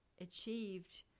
achieved